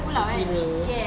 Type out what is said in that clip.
berkira